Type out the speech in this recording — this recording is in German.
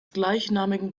gleichnamigen